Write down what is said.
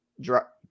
drop